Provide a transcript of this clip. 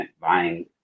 buying